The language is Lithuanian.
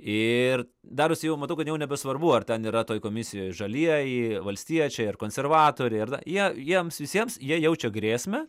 ir darosi jau matau kad jau nebesvarbu ar ten yra toj komisijoj žalieji valstiečiai ar konservatoriai ar jie jiems visiems jie jaučia grėsmę